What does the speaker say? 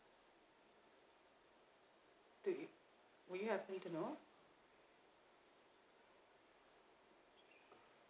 do you will you happen to know